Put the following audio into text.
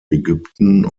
ägypten